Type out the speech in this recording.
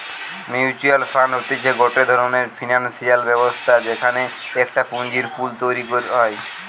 mutual fund হতিছে গটে ধরণের ফিনান্সিয়াল ব্যবস্থা যেখানে একটা পুঁজির পুল তৈরী করা হয়